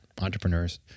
Entrepreneurs